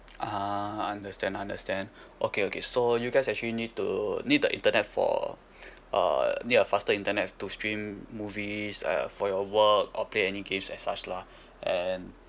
ah understand understand okay okay so you guys actually need to need the internet for uh need a faster internet to stream movies uh for your work or play any games as such lah and